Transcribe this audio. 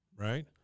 Right